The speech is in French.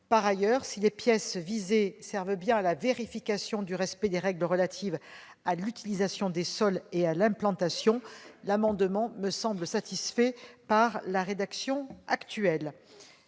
Par ailleurs, si les pièces visées servent bien à la vérification du respect des règles relatives à l'utilisation des sols et à l'implantation, les amendements me semblent satisfaits par le dispositif actuel.